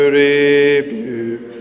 rebuke